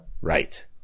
Right